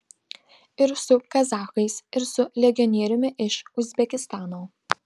ir su kazachais ir su legionieriumi iš uzbekistano